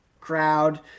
crowd